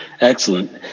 Excellent